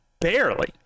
Barely